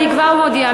אני כבר מודיעה,